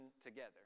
together